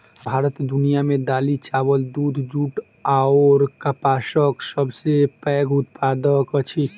भारत दुनिया मे दालि, चाबल, दूध, जूट अऔर कपासक सबसे पैघ उत्पादक अछि